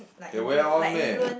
can wear out one meh